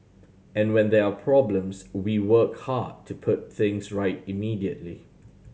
and when there are problems we work hard to put things right immediately